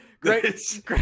Great